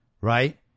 right